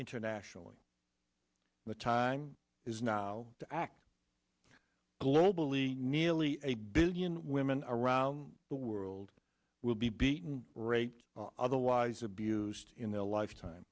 internationally the time is now to act globally nearly a billion women around the world will be beaten raped otherwise abused in their lifetime